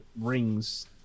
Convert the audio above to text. rings